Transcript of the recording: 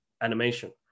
animation